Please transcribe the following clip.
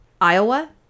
Iowa